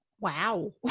Wow